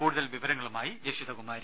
കൂടുതൽ വിവരങ്ങളുമായി ജഷിതകുമാരി